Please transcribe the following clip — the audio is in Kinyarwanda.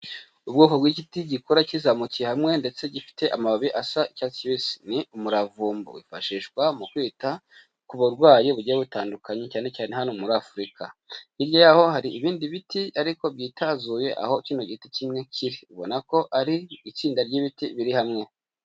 Ubwoko bw'igiti gikora kizamukiye hamwe ndetse gifite amababi asa icyatsi kibisi, ni umuravumbu wifashishwa mu kwita ku burwayi bugiye butandukanye cyane cyane hano muri afurika, hirya yaho hari ibindi biti ariko byitazuye aho kino giti kimwe kiri, ubona ko ari itsinda ry'ibiti biri hamwe.